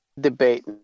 debate